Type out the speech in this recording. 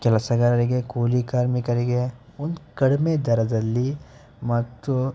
ಕೆಲಸಗಾರರಿಗೆ ಕೂಲಿ ಕಾರ್ಮಿಕರಿಗೆ ಒಂದು ಕಡಿಮೆ ದರದಲ್ಲಿ ಮತ್ತು